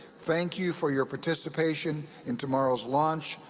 thank you for your participation in tomorrow's launch.